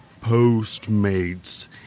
Postmates